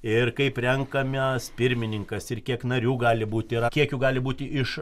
ir kaip renkamas pirmininkas ir kiek narių gali būti ir kiek jų gali būti iš